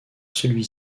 celui